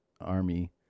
army